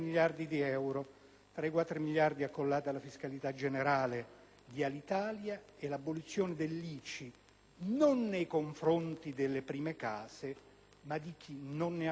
(tra i 4 miliardi accollati alla fiscalità generale per Alitalia e l'abolizione dell'ICI, non nei confronti delle prime case, ma di chi non ne aveva bisogno).